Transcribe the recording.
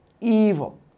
evil